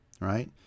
right